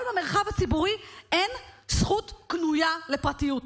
אבל במרחב הציבורי אין זכות קנויה לפרטיות.